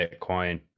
Bitcoin